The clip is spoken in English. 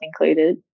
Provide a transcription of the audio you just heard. included